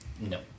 No